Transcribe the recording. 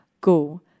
Go